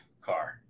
car